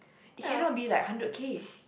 it cannot be like hundred K